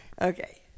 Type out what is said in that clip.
Okay